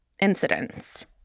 incidents